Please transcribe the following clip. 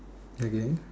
again